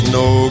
no